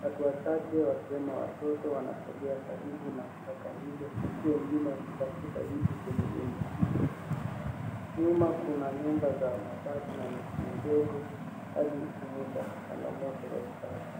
Watu wachache wakiwemo watoto wanasongea karibu na taka hizo huku wengine wakitafuta vitu kwenye rundo hilo. Nyuma kuna nyumba za mabati na miti midogo hali ikionyesha changamoto za usafi.